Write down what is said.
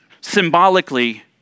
symbolically